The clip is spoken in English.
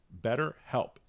BetterHelp